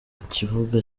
kibuga